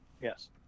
yes